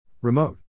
Remote